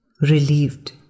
Relieved